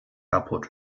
kapput